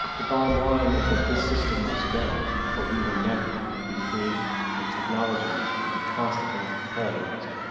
the bottom line is that this system must go or we will never be free and technology will be constantly paralyzed.